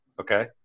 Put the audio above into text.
okay